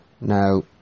Now